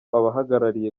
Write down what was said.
abahagarariye